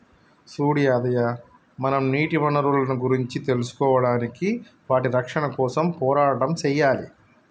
సూడు యాదయ్య మనం నీటి వనరులను గురించి తెలుసుకోడానికి వాటి రక్షణ కోసం పోరాటం సెయ్యాలి